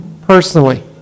Personally